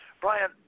Brian